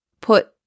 put